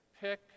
pick